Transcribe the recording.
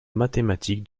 mathématiques